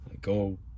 go